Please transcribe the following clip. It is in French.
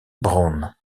braun